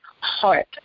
heart